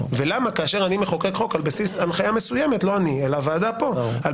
ולמה כאשר אני מחוקק חוק על בסיס הנחיה מסוימת לא אני הוועדה פה חל